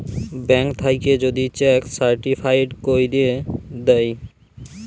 bank থ্যাইকে যদি cheque certified ক্যইরে দ্যায়